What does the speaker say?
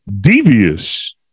devious